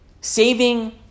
saving